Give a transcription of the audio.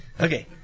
Okay